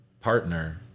partner